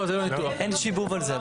אין שיבוב על זה.